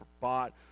bought